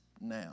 now